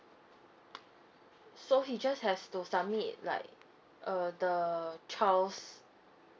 so he just has to submit like uh the child's